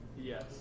Yes